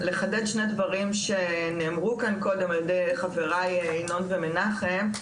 לחדד שני דברים שנאמרו כאן קודם על ידי חבריי ינון ומנחם,